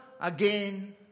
again